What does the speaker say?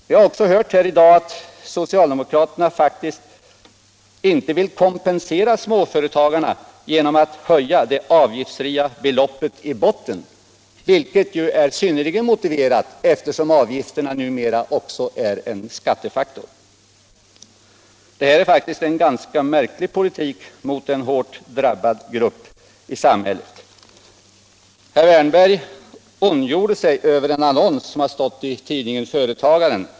Vi har också hört här i dag att socialdemokraterna faktiskt inte vill kompensera småföretagarna genom att höja det avgiftsfria beloppet i botten, vilket är synnerligen motiverat eftersom avgifterna numera också är en skattefaktor. Det är faktiskt en ganska märklig politik mot en hårt drabbad grupp i samhället. Herr Wärnberg ondgjorde sig över en annons som har stått i tidningen Företagaren.